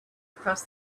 across